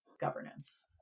governance